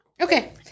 Okay